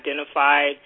identified